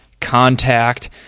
contact